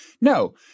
No